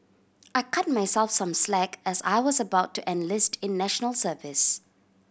I cut myself some slack as I was about to enlist in National Service